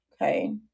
okay